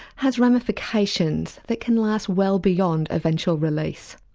has ramifications that can last well beyond eventual release.